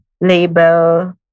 label